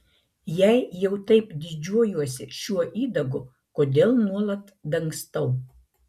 jei jau taip didžiuojuosi šiuo įdagu kodėl nuolat dangstau